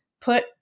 put